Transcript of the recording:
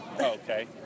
Okay